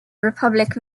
republic